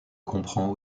comprend